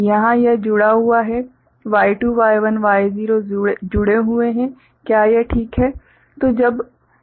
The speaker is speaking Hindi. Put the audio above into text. यहां यह जुड़ा हुआ है Y2 Y1 Y0 जुड़े हुए हैं क्या यह ठीक है